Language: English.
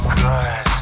good